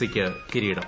സിക്ക് കിരീടം